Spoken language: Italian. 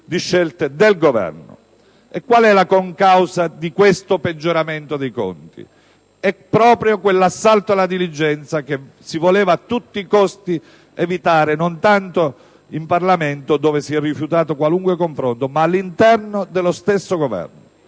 Qual è la concausa di questo peggioramento dei conti? Proprio quell'assalto alla diligenza che si voleva a tutti i costi evitare, non tanto in Parlamento, dove si è rifiutato qualunque confronto, ma all'interno stesso del Governo.